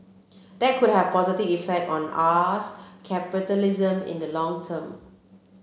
that could have a positive effect on us capitalism in the long term